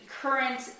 current